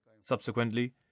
Subsequently